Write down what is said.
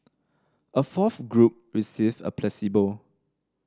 a fourth group received a placebo